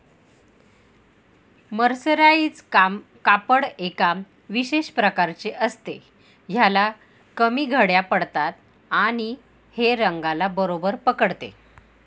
mercerise कापड एका विशेष प्रकारचे असते, ह्याला कमी घड्या पडतात आणि हे रंगाला बरोबर पकडते